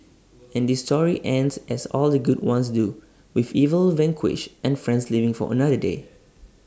and this story ends as all the good ones do with evil vanquished and friends living for another day